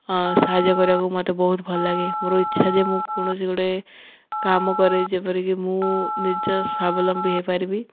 ସାହାଯ୍ୟ କରିବାକୁ ମୋତେ ବହୁତ ଭଲଲାଗେ ମୋର ଇଚ୍ଛା ଯେ ମୁଁ କୌଣସି ଗୋଟେ କାମ କରେ ଯେପରିକି ମୁଁ ନିଜ ସ୍ୱାବଲମ୍ବୀ ହେଇପାରିବି